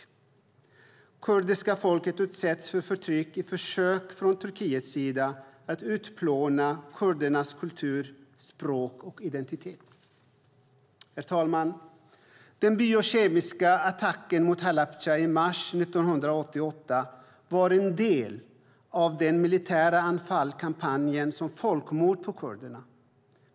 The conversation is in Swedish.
Det kurdiska folket utsätts för förtryck i ett försök från Turkiets sida att utplåna kurdernas kultur, språk och identitet. Herr talman! Den biokemiska attacken mot Halabja i mars 1988 var en del av den militära Anfalkampanjen som var ett folkmord på kurderna.